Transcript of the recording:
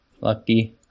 Lucky